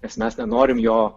nes mes nenorim jo